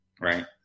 right